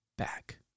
back